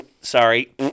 sorry